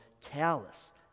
callous